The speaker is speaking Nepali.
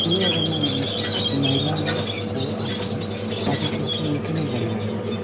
त्यसले गर्दा म मान्छु कि महिलाको आजकल पार्टिसिपेसन निकै नै बडिरहेको छ